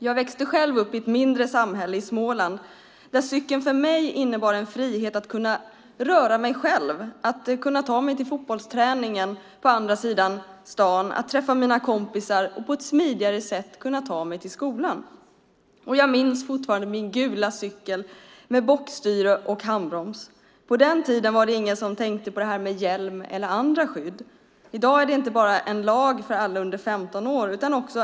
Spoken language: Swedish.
Jag växte upp i ett mindre samhälle i Småland där cykeln för mig innebar en frihet att kunna röra mig själv, ta mig till fotbollsträningen på andra sidan stan, träffa mina kompisar och på ett smidigare sätt kunna ta mig till skolan. Jag minns fortfarande min gula cykel med bockstyre och handbroms. På den tiden var det ingen som tänkte på hjälm eller andra skydd. I dag är det lag på att alla under 15 år ska ha hjälm när de cyklar.